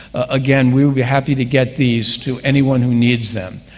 again, we would be happy to get these to anyone who needs them.